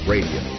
Radio